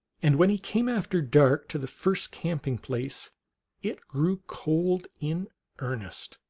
and when he came after dark to the first camping place it grew cold in earnest.